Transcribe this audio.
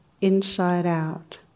inside-out